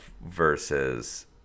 versus